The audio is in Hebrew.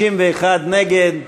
61 נגד.